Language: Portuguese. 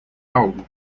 algo